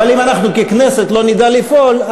אבל אם אנחנו ככנסת לא נדע לפעול,